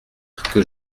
que